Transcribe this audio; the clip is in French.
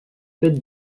faite